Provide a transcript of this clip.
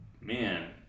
man